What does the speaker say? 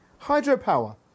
hydropower